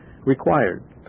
required